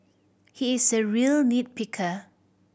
he is a real nit picker